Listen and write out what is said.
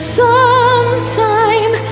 sometime